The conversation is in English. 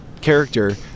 character